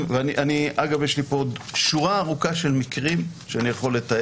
יש לי פה עוד שורה ארוכה של מקרים עובדתיים,